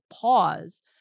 pause